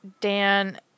Dan